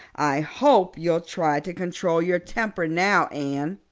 i hope you'll try to control your temper now, anne.